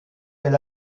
elle